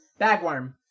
Bagworm